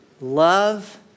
love